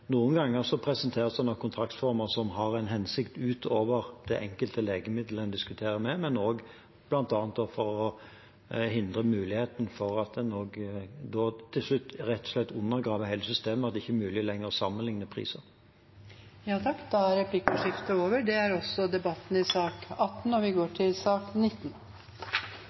kontraktsformer som har en hensikt utover det enkelte legemidlet en diskuterer, bl.a. for å hindre muligheten for å sammenligne priser, og en også til slutt rett og slett undergraver hele systemet, da det ikke lenger er mulig å sammenligne priser. Replikkordskiftet er omme. Flere har ikke bedt om ordet til sak nr. 18. Etter ønske fra helse- og omsorgskomiteen vil presidenten ordne debatten slik: 3 minutter til